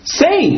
say